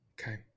Okay